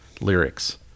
lyrics